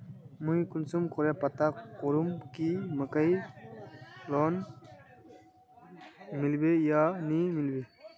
मुई कुंसम करे पता करूम की मकईर लोन मिलबे या नी मिलबे?